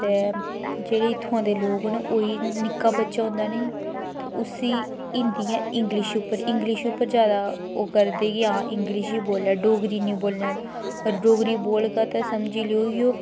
जेह्ड़े इत्थूआं दे लोग न जेह्ड़ा निक्का बच्चा होंदा नी ते उसी हिन्दी जां इंगलिशइंगलिश उप्पर जादा ओ करदे कि इंगलिश ई बोल्लै डोगरी नी बोल्लै और डोगरी बोलगा ते समझी लैओ